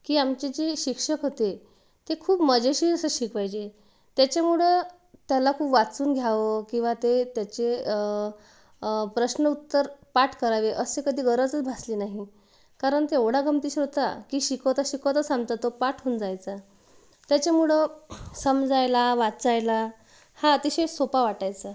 की आमचे जे शिक्षक होते ते खूप मजेशीर असं शिकवायचे त्याच्यामुळं त्याला खूप वाचून घ्यावं किंवा ते त्याचे प्रश्न उत्तर पाठ करावे असे कधी गरजच भासली नाही कारण तो एवढा गमतीशीर होता की शिकवता शिकवताच आमचा तो पाठ होऊन जायचा त्याच्यामुळं समजायला वाचायला हा अतिशय सोपा वाटायचा